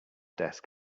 desk